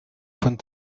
von